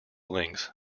links